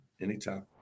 anytime